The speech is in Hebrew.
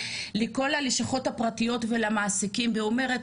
לכל הלשכות הפרטיות ולמעסיקים והיא אומרת,